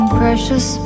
precious